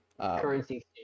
Currency